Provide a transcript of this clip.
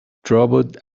troubled